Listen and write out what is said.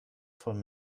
von